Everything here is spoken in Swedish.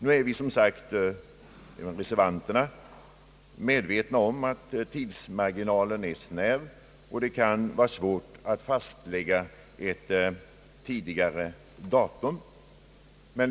Reservanterna är som nämnts medvetna om att tidsmarginalen är snäv, och det kan vara svårt att fastlägga ett tidigare datum.